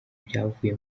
ibyavuye